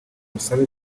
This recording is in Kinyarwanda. busabe